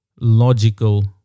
logical